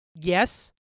Yes